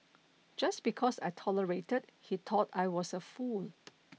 just because I tolerated he thought I was a fool